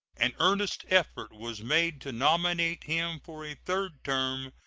an earnest effort was made to nominate him for a third term,